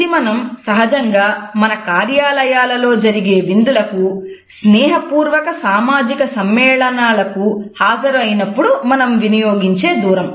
ఇది మనం సహజంగా మన కార్యాలయాలలో జరిగే విందులకు స్నేహ పూర్వక సామాజిక సమ్మేళనాలకు హాజరు అయినప్పుడు మనం వినియోగించే దూరం